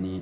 अनि